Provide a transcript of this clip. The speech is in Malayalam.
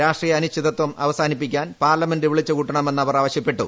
രാഷ്ട്രീയ അനിശ്ചിതത്വം അവസാനിപ്പിക്കാൻ പാർലമെന്റ് വിളിച്ച് കൂട്ടണമെന്ന് അവർ ആവശ്യപ്പെട്ടു